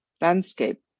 landscape